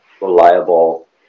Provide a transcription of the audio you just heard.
reliable